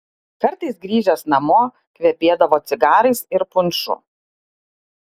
kartais grįžęs namo kvepėdavo cigarais ir punšu